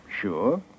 Sure